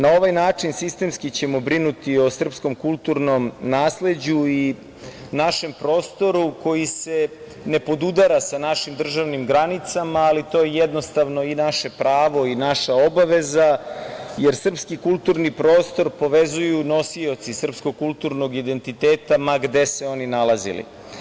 Na ovaj način sistemski ćemo brinuti o srpskom kulturnom nasleđu i našem prostoru koji se ne podudara sa našim državnim granicama, ali to je jednostavno i naše pravo i naša obaveza, jer srpski kulturni prostor povezuju nosioci srpskog kulturnog identiteta ma gde se oni nalazili.